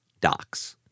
docs